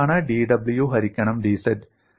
എന്താണ് dw ഹരിക്കണം dz